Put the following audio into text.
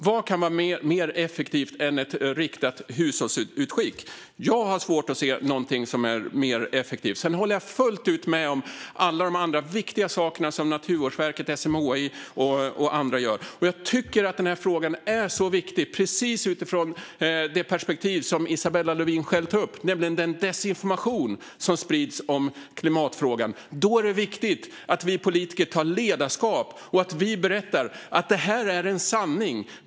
Vad kan vara mer effektivt än ett riktat hushållsutskick? Jag har svårt att se någonting som är mer effektivt. Sedan håller jag fullt ut med om alla de andra viktiga sakerna som Naturvårdsverket, SMHI och andra gör, för jag tycker att frågan är så viktig just utifrån det perspektiv som Isabella Lövin tar upp, nämligen den desinformation som sprids om klimatfrågan. Då är det viktigt att vi politiker tar ledningen och berättar att det här är en sanning.